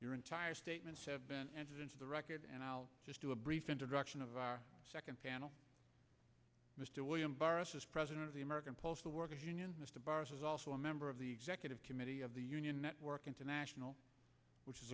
your entire statements have been entered into the record and i'll just do a brief introduction of our second panel mr william viruses president of the american postal workers is also a member of the executive committee of the union network international which is